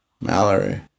Mallory